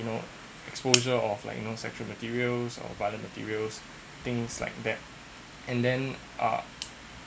you know exposure of like you know sexual materials or violent materials things like that and then uh